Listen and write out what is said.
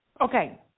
Okay